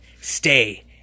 Stay